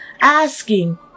asking